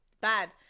bad